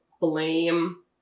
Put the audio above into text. blame